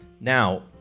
now